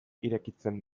irekitzen